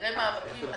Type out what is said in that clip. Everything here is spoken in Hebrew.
אחרי מאבקים עצומים,